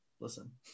Listen